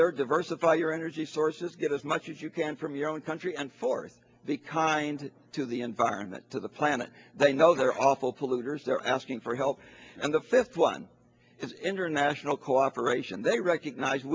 third diversify your energy sources get as much as you can from your own country and for the kind to the environment to the planet they know they're awful polluters they're asking for help and the fifth one is international cooperation they recognize